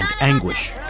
anguish